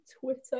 Twitter